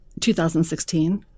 2016